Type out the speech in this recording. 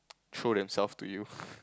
throw themselves to you